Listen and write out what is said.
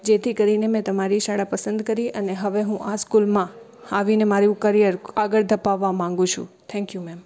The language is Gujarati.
જેથી કરીને મેં તમારી શાળા પસંદ કરી અને હવે હું આ સ્કૂલમાં આવીને મારું કરિયર આગળ ધપાવવા માંગુ છું થેન્ક યુ મેમ